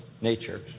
nature